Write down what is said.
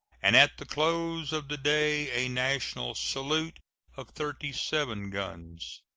and at the close of the day a national salute of thirty-seven guns.